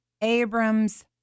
Abram's